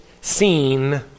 Seen